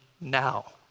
now